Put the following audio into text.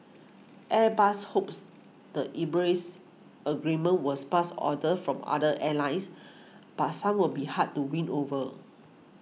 Airbus hopes the Emirates agreement was past orders from other airlines but some will be hard to win over